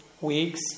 weeks